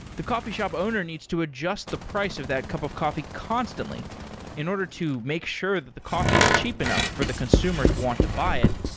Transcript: the coffee shop owner needs to adjust the price of that cup of coffee constantly in order to make sure that the coffee is cheap enough for the consumer to want to buy it,